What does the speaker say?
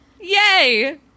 Yay